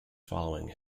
following